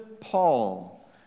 Paul